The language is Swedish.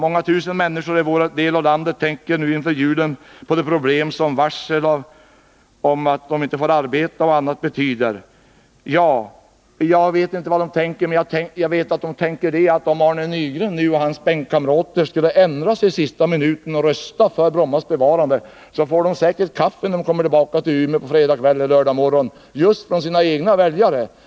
Många tusen människor i vår del av landet tänker nu inför julen på varsel om arbetsnedläggelse och andra bekymmer. Ja, jag vet inte allt vad människorna tänker, men jag vet att om Arne Nygren och hans kamrater skulle ändra sig i sista minuten och rösta för Brommas bevarande så skulle de när de kommer tillbaka till Umeå på fredag kväll eller lördag morgon bli bjudna på kaffe av sina väljare.